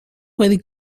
with